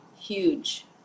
huge